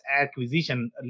acquisition